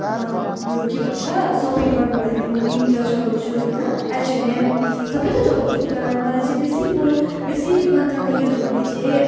यो के भन्छ सपिङ गर्नुको लागि म मिन्त्रा चलाउँछु होइन एचएनएम सबै थोक चलाउँछु तर मलाई चाहिँ बेसी म बेसी मात्रामा युज गर्ने चाहिँ